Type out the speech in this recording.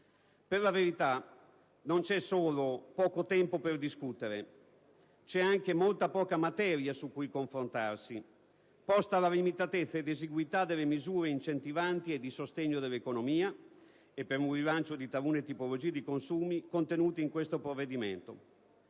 Per la verità, non c'è solo poco tempo per discutere: c'è anche molta poca materia su cui confrontarsi, posta la limitatezza e l'esiguità delle misure incentivanti e di sostegno dell'economia e per un rilancio di talune tipologie di consumi contenute in questo provvedimento.